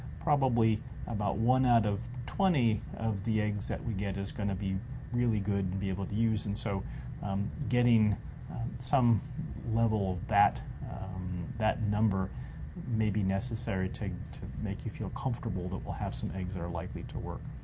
probably about one out of twenty of the eggs that we get is gonna be really good and be able to use. and so um getting some level of that number may be necessary to to make you feel comfortable that we'll have some eggs that are likely to work.